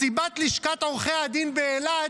מסיבת לשכת עורכי הדין באילת,